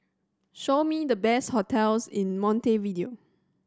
show me the best hotels in Montevideo